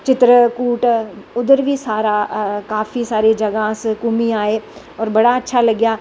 चित्तरकूट उध्दर बी काफी सारी जगाह् अस घूमी आए और बड़ा अच्छा लग्गेआ